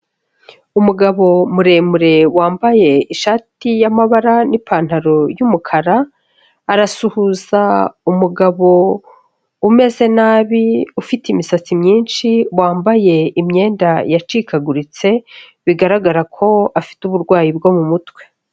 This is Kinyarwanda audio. Umugabo muremure wambaye ishati y'amabara n'ipantaro y'umukara, arasuhuza umugabo umeze nabi ufite imisatsi myinshi wambaye imyenda yacikaguritse, bigaragara ko afite uburwayi bwo mu mutwe.